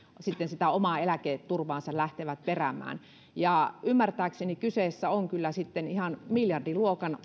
lähtevät sitä omaa eläketurvaansa peräämään ja ymmärtääkseni kyse on kyllä sitten ihan miljardiluokan